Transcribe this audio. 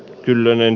kyllönen